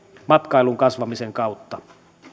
matkailun kasvamisen kautta